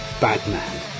batman